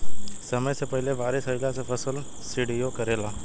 समय से पहिले बारिस अइला से फसल सडिओ सकेला